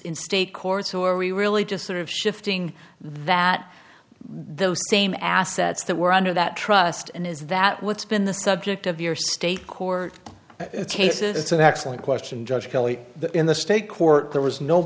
in state courts who are we really just sort of shifting that those same assets that were under that trust and is that what's been the subject of your state court cases it's an excellent question judge kelly that in the state court there was no